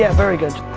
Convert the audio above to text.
yeah very good.